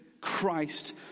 Christ